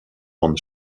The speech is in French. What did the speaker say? von